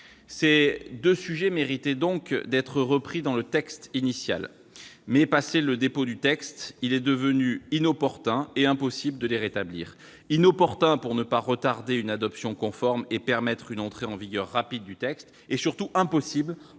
Ces deux sujets méritaient donc d'être repris dans la proposition de loi initiale, mais, passé le dépôt du texte, il est devenu inopportun et impossible de les rétablir : inopportun pour ne pas retarder une adoption conforme et permettre une entrée en vigueur rapide du texte, et, surtout, impossible